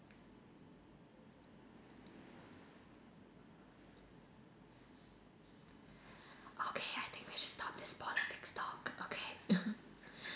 okay I think we should stop this politics talk okay